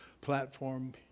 platform